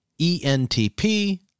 ENTP